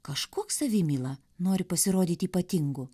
kažkoks savimyla nori pasirodyti ypatingu